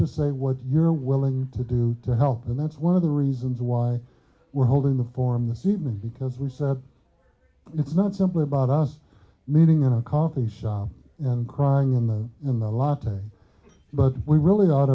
to say what you're willing to do to help and that's one of the reasons why we're holding the forum the seam is because we said it's not simply about us meeting in a coffee shop and crying in the in the latte but we really thought